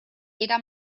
era